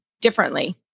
differently